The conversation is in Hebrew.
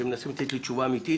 כשמנסים לתת לי תשובה אמתית,